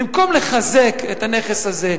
במקום לחזק את הנכס הזה,